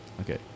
Okay